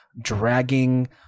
dragging